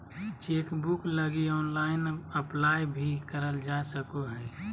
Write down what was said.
chequebook लगी online apply भी करल जा सको हइ